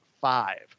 five